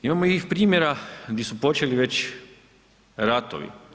Imamo i primjera di su počeli već ratovi.